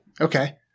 okay